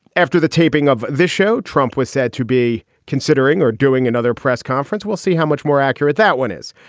after the taping of the show, trump was said to be considering or doing another press conference. we'll see how much more accurate that one is.